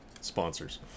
sponsors